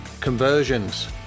conversions